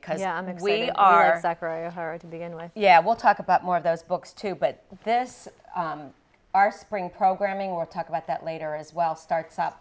because we are her to begin with yeah we'll talk about more of those books too but this our spring programming or talk about that later as well starts up